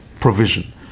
provision